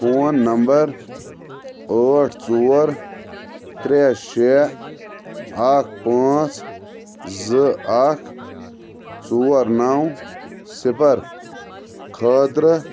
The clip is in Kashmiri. فون نمبر ٲٹھ ژور ترٛےٚ شےٚ اَکھ پانٛژھ زٕ اَکھ ژور نَو صِفَر خٲطرٕ